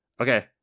Okay